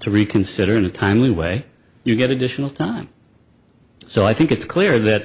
to reconsider in a timely way you get additional time so i think it's clear that